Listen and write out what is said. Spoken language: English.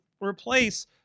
replace